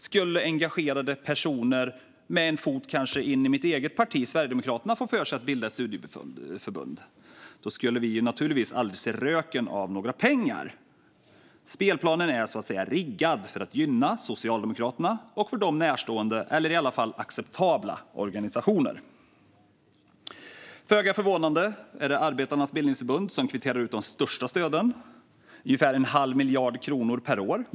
Skulle engagerade personer med kanske en fot in i mitt eget parti Sverigedemokraterna få för sig att bilda ett studieförbund skulle vi naturligtvis aldrig se röken av några pengar. Spelplanen är riggad för att gynna Socialdemokraterna och närstående eller i varje fall acceptabla organisationer. Föga förvånande är det Arbetarnas Bildningsförbund som kvitterar ut de största stöden. Det är ungefär en halv miljard kronor per år.